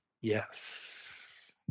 Yes